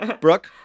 Brooke